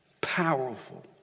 Powerful